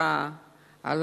טעה.